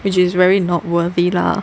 which is very not worthy lah